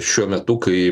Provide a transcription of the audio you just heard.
šiuo metu kai